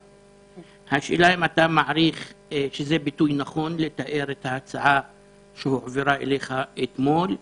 השאלה אם אתה מעריך שכך אפשר לתאר את ההצעה שהועברה אליך אתמול,